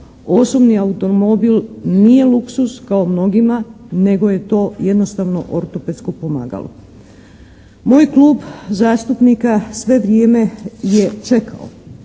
osobni automobil nije luksuz kao mnogima nego je to jednostavno ortopedsko pomagalo. Moj klub zastupnika sve vrijeme je čekao